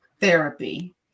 therapy